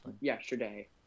yesterday